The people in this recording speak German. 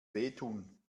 wehtun